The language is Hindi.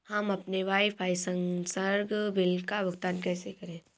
हम अपने वाईफाई संसर्ग बिल का भुगतान कैसे करें?